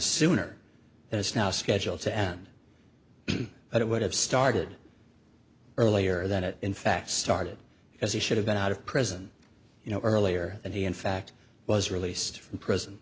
is now scheduled to end but it would have started earlier than it in fact started as he should have been out of prison you know earlier and he in fact was released from prison